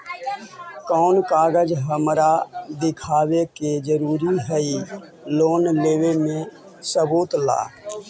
कौन कागज हमरा दिखावे के जरूरी हई लोन लेवे में सबूत ला?